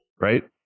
right